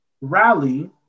rally